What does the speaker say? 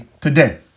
today